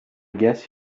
guess